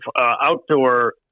outdoor